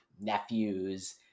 Nephews